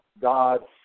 God